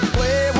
Play